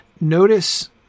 notice